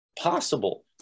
possible